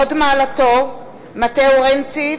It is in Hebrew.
הוד מעלתו מתאו רנצי,